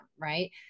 right